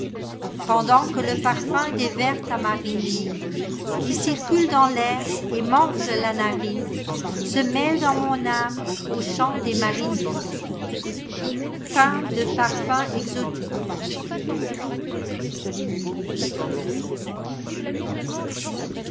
pendant que le parfum des verts tamariniers oui circule dans tair et m'enfle la narine se mêle dans mon âme au chant des mariniers